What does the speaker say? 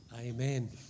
Amen